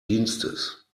dienstes